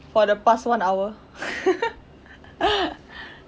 for the past one hour